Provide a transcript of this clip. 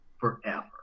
forever